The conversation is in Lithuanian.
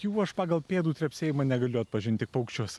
jų aš pagal pėdų trepsėjimą negaliu atpažint tik paukščius